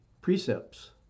precepts